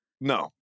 No